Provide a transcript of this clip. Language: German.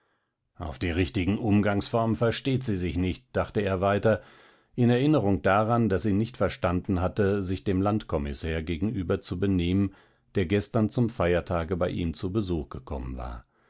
auf die richtigen umgangsformen versteht sie sich nicht dachte er weiter in erinnerung daran daß sie nicht verstanden hatte sich dem landkommissär gegenüber zu benehmen der gestern zum feiertage bei ihm zu besuch gekommen war